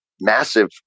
massive